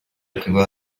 prévoir